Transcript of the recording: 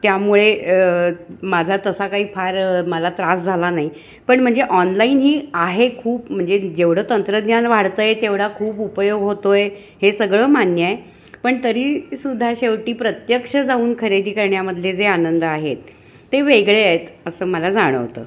त्यामुळे माझा तसा काही फार मला त्रास झाला नाही पण म्हणजे ऑनलाईन ही आहे खूप म्हणजे जेवढं तंत्रज्ञान वाढत आहे तेवढा खूप उपयोग होतो आहे हे सगळं मान्य आहे पण तरी सुद्धा शेवटी प्रत्यक्ष जाऊन खरेदी करण्यामधले जे आनंद आहेत ते वेगळे आहेत असं मला जाणवतं